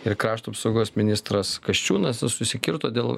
ir krašto apsaugos ministras kasčiūnas susikirto dėl